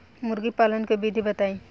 मुर्गी पालन के विधि बताई?